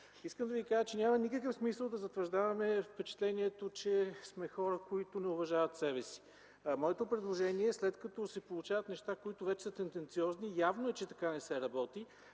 Искам да ви кажа, че няма никакъв смисъл да затвърждаваме впечатлението, че сме хора, които не уважават себе си. Моето предложение е след като се получават неща, които вече са тенденциозни, явно е, че така не се работи,